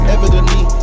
Evidently